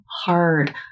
hard